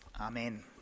Amen